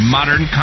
Modern